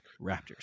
Raptors